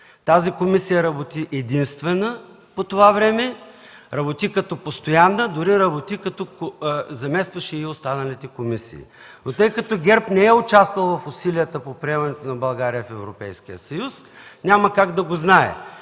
Тази комисия работи единствена по това време. Работи като постоянна, дори заместваше и останалите комисии, но тъй като ГЕРБ не е участвал в усилията по приемането на България в Европейския съюз, няма как да го знае.